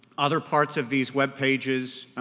other parts of these web pages,